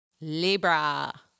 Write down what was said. Libra